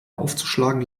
aufzuschlagen